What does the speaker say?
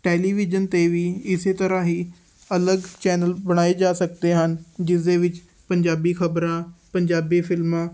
television 'ਤੇ ਵੀ ਇਸੇ ਤਰ੍ਹਾਂ ਹੀ ਅਲੱਗ ਚੈਨਲ ਬਣਾਏ ਜਾ ਸਕਦੇ ਹਨ ਜਿਸਦੇ ਵਿੱਚ ਪੰਜਾਬੀ ਖਬਰਾਂ ਪੰਜਾਬੀ ਫਿਲਮਾਂ